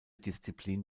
disziplin